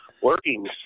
working